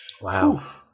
Wow